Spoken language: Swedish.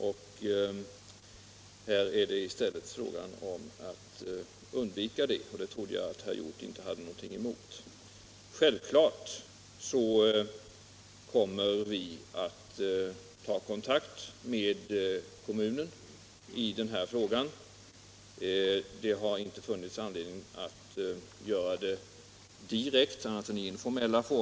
Vi vill undvika det, och det trodde jag inte att herr Hjorth hade någonting emot. Självfallet kommer vi att ta kontakt med kommunen i denna fråga. Det har hittills inte funnits anledning att göra det direkt, annat än informellt.